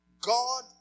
God